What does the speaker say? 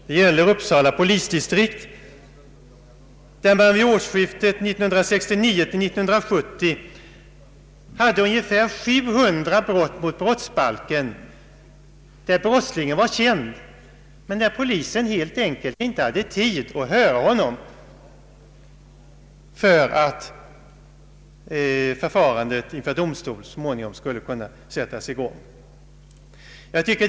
Det gäller Uppsala polisdistrikt, där man vid årsskiftet 1969/70 hade ungefär 700 brott mot brottsbalken där brottslingen var känd men där polisen helt enkelt inte hade tid att höra honom för att förfarandet inför domstol så småningom skulle kunna sättas i gång.